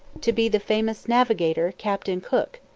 to be the famous navigator, captain cook,